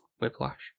Whiplash